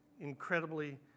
incredibly